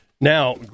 Now